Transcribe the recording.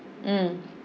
mm